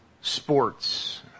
sports